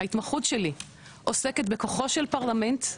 ההתמחות שלי עוסקת בכוחו של פרלמנט,